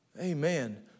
Amen